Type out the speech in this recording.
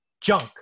Junk